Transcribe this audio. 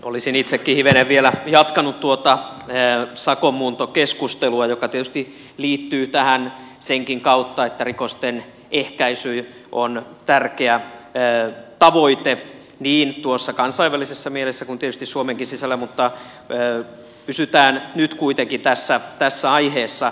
olisin itsekin hivenen vielä jatkanut tuota sakonmuuntokeskustelua joka tietysti liittyy tähän senkin kautta että rikosten ehkäisy on tärkeä tavoite niin kansainvälisessä mielessä kuin tietysti suomenkin sisällä mutta pysytään nyt kuitenkin tässä aiheessa